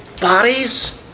bodies